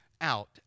out